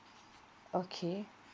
okay